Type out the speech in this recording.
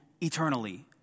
eternally